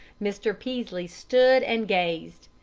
mr. peaslee stood and gazed.